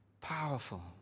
Powerful